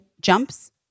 jumps